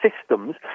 systems